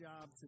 job